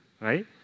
right